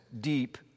deep